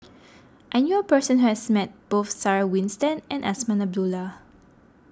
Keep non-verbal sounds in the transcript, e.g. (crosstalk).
(noise) I knew a person who has met both Sarah Winstedt and Azman Abdullah